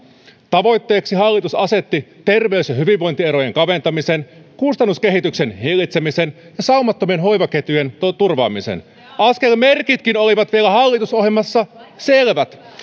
tavoitteeksi hallitus asetti terveys ja hyvinvointierojen kaventamisen kustannuskehityksen hillitsemisen ja saumattomien hoivaketjujen turvaamisen askelmerkitkin olivat vielä hallitusohjelmassa selvät